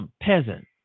peasant